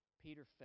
Peter